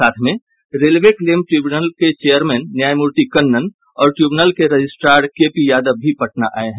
साथ में railway claim tribunal के चेयरमैन न्यायमूर्ति कन्नन और ट्रिब्यूनल के रजिस्ट्रार के पी यादव भी पटना आये हैं